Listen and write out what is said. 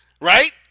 Right